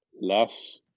less